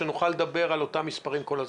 ונוכל לדבר על אותם מספרים כל הזמן.